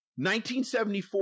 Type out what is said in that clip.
1974